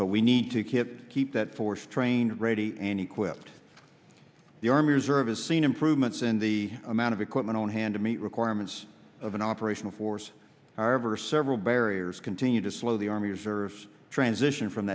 but we need to keep keep that force trained ready and equipped the army reserve has seen improvements in the amount of equipment on hand to meet requirements of an operational force all reversed several barriers continue to slow the army reserves transition from